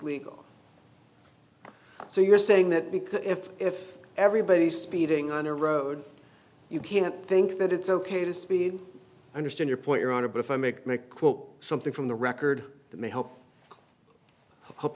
legal so you're saying that because if if everybody is speeding on a road you can't think that it's ok to speed understand your point your honor but if i make may quote something from the record that may help hope